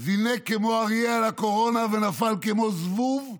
שזינק כמו אריה על הקורונה ונפל כמו זבוב,